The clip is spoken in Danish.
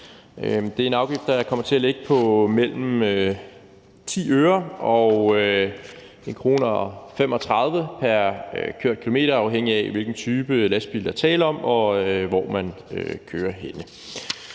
Det er en afgift, der kommer til at ligge på mellem 10 øre og 1 kr. og 35 øre pr. kørt kilometer, afhængigt af hvilken type lastbil der er tale om og hvor man kører henne.